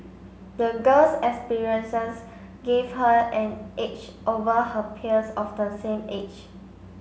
the girl's experiences gave her an edge over her peers of the same age